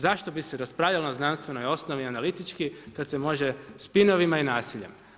Zašto bi se raspravljalo na znanstvenoj osnovi, analitički, kad se može spin-ovima i nasiljem.